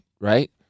right